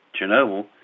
Chernobyl